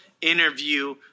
interview